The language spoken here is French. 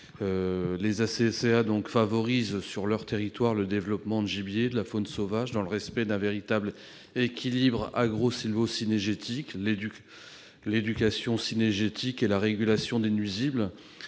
les ACCA favorisent, sur leur territoire, le développement de gibier, de la faune sauvage, dans le respect d'un véritable équilibre agro-sylvo-cynégétique, l'éducation cynégétique et la régulation des nuisibles.